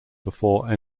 before